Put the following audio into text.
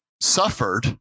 suffered